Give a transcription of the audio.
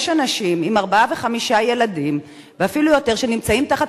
יש אנשים עם ארבעה וחמישה ילדים ואפילו יותר שנמצאים תחת